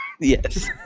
Yes